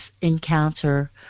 encounter